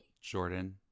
Jordan